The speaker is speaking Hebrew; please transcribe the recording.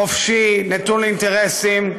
חופשי, נטול אינטרסים,